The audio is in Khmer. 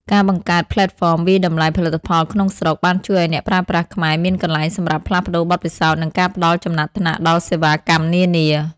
ការបង្កើតផ្លេតហ្វមវាយតម្លៃផលិតផលក្នុងស្រុក បានជួយឱ្យអ្នកប្រើប្រាស់ខ្មែរមានកន្លែងសម្រាប់ផ្លាស់ប្តូរបទពិសោធន៍ និងការផ្តល់ចំណាត់ថ្នាក់ដល់សេវាកម្មនានា។